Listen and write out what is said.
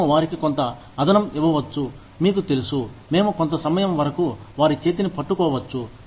మేము వారికి కొంత అదనం ఇవ్వవచ్చు మీకు తెలుసు మేము కొంత సమయం వరకు వారి చేతిని పట్టుకోవచ్చు